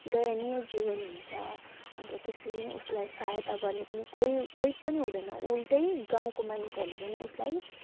दयनीय जीवन हुन्छ अन्त त्यसरी नै उसलाई सहायता गर्ने पनि कोही कोही पनि हुँदैन उल्टै गाउँको मानिसहरूले पनि उसलाई